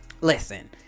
listen